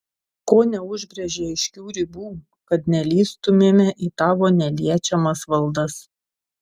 ko neužbrėži aiškių ribų kad nelįstumėme į tavo neliečiamas valdas